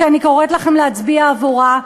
שאני קוראת לכם להצביע עבורה,